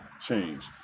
change